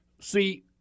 See